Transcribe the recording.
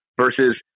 versus